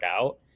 out